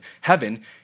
heaven